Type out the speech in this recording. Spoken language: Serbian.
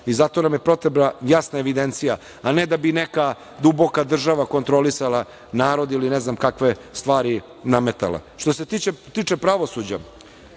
Zato nam je potreba jasna evidencija, a ne da bi neka duboka država kontrolisala narod ili ne znam kakve stvari nametala. Što se tiče pravosuđa,